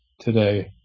today